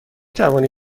توانی